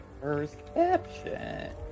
Perception